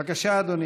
בבקשה, אדוני.